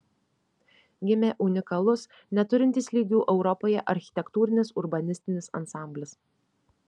gimė unikalus neturintis lygių europoje architektūrinis urbanistinis ansamblis